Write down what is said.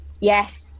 Yes